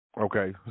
Okay